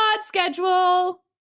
schedule